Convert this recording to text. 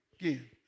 again